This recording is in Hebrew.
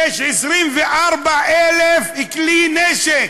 יש 24,000 כלי נשק,